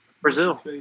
Brazil